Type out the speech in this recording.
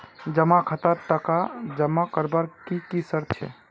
जमा खातात टका जमा करवार की की शर्त छे?